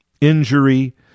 injury